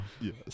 Yes